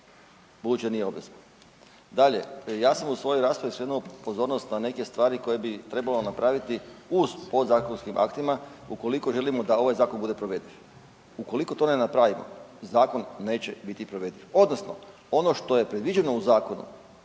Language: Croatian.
budući da nije obveza. Dalje, ja sam u svojoj raspravi skrenuo pozornost na neke stvari koje bi trebalo napraviti u podzakonskim aktima ukoliko želimo da ovaj zakon bude provediv. Ukoliko to ne napravimo zakon neće biti provediv odnosno ono što je predviđeno u zakonu